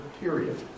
period